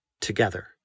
together